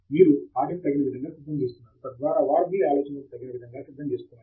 మీరు వాటిని తగిన విధంగా సిద్ధం చేస్తున్నారు తద్వారా వారు మీ ఆలోచనలకు తగిన విధంగా సిద్ధం చేస్తున్నారు